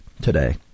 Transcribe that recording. today